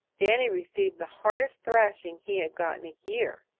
danny received the hardest thrashing he had got in a year.